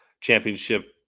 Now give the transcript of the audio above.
championship